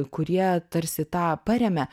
kurie tarsi tą paremia